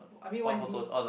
I mean one is me